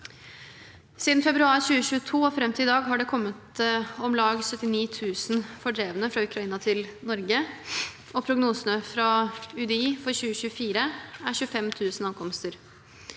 Siden februar 2022 og fram til i dag har det kommet om lag 79 000 fordrevne fra Ukraina til Norge, og prognosene fra UDI for 2024 er 25 000 ankomster.